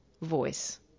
voice